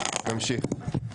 נמשיך.